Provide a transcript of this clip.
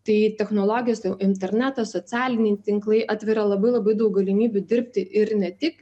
tai technologijos internetas socialiniai tinklai atveria labai labai daug galimybių dirbti ir ne tik